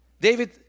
David